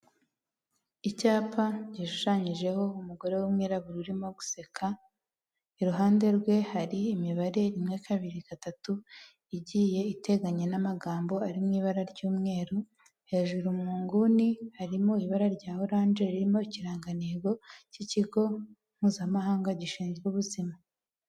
Icyapa gishushanyijeho umugore w'umwirabura urimo guseka iruhande rwe hari imibare rimwe, kabir,i gatatu igiye iteganye n'amagambo arimwibara ry'umweru hejuru munguni harimo ibara rya orange ririmo ikirangantego cy'ikigo mpuzamahanga gishinzwe ubuzima.